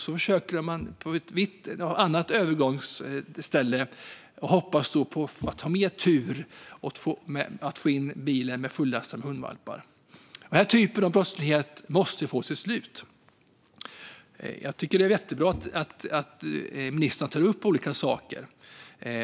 De försöker på ett annat ställe och hoppas på att där ha mer tur med att få in bilen, som är fullastad med hundvalpar. Denna typ av brottslighet måste få ett slut. Jag tycker att det är jättebra att ministern tar upp olika saker.